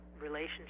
relationship